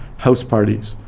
house parties,